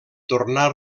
tornar